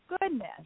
goodness